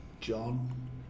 John